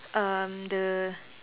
um the